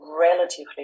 relatively